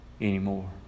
anymore